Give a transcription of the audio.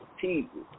people